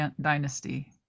dynasty